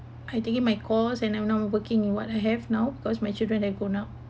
I taking my course and I'm now working what I have now because my children have grown up